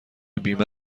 بیمه